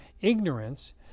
ignorance